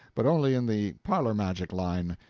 but only in the parlor-magic line,